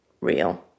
real